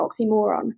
oxymoron